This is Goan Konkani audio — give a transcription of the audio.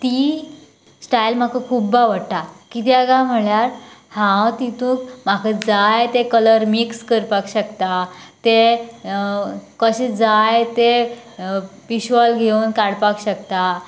तीं स्टायल म्हाका खूब्ब आवडटा किद्या गाय म्हळ्यार हांव तितून म्हाका जाय तें कलर मिक्स करपाक शकता तें कशे जाय ते पिशाॅल घेवन काडपाक शकता